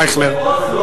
בהקדם,